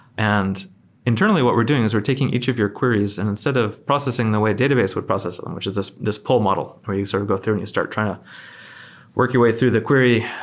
and internally what we're doing is we're taking each of your queries and instead of processing the way a database would process it, which is this this pull model, where you sort of go through and you start trying to work your way through the query,